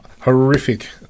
horrific